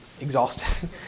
exhausted